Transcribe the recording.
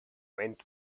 went